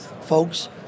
folks